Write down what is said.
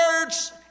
words